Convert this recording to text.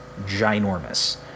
ginormous